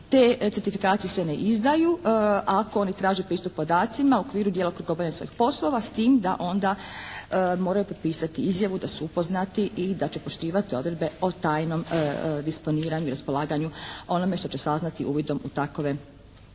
te certifikacije se ne izdaju ako oni traže pristup podacima u okviru djelokruga obavljanja svojih poslova s tim da onda moraju potpisati izjavu da su upoznati i da će poštivati odredbe o tajnom disponiranju i raspolaganju o onome što će saznati uvidom u takove podatke.